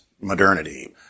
modernity